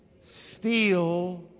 steal